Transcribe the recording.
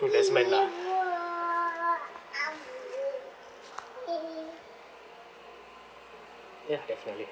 oh that's man lah yeah definitely